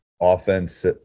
offense